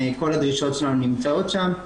כל הדרישות שלנו נמצאות שם,